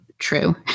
true